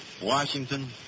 Washington